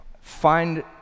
find